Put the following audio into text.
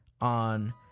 on